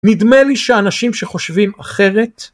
נדמה לי שאנשים שחושבים אחרת